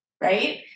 Right